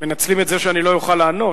מנצלים את זה שאני לא אוכל לענות.